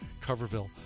coverville